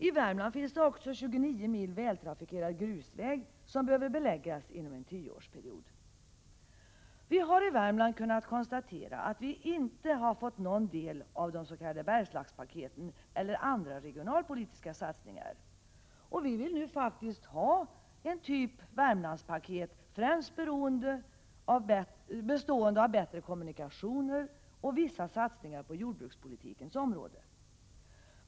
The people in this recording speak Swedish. I Värmland finns det också ca 29 mil vältrafikerad grusväg som behöver beläggas inom en tioårsperiod. Vii Värmland har kunnat konstatera att vi inte har fått någon del av de s.k. Bergslagspaketen eller andra regionalpolitiska satsningar. Vi vill nu faktiskt ha ett ”Värmlandspaket”, främst bestånde av bättre kommunikationer och vissa satsningar på jordbrukspolitikens område.